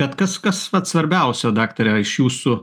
bet kas kas vat svarbiausia daktare iš jūsų